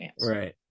right